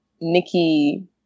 Nikki